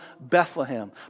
Bethlehem